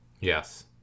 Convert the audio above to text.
Yes